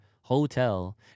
hotel